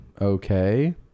Okay